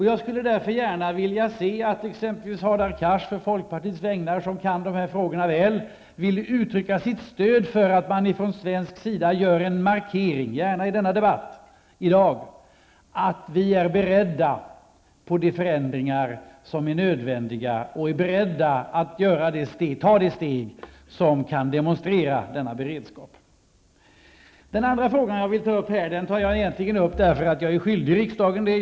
Jag skulle gärna vilja se att t.ex. Hadar Cars, som kan dessa frågor väl, på folkpartiets vägnar uttryckte sitt stöd för att man från svensk sida i dag gör en markering -- gärna i denna debatt -- att vi är beredda att vidta de förändringar som är nödvändiga och att ta det steg som kan demonstrera denna beredskap. Den andra frågan vill jag ta upp därför att jag är skyldig riksdagen det.